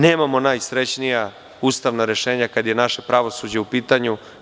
Nemamo najsrećnija ustavna rešenja kada je naše pravosuđe u pitanju.